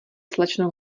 slečno